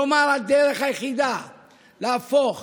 כלומר, הדרך היחידה להפוך